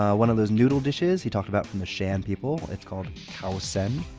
ah one of those noodle dishes he talked about from the shan people, called khao sen.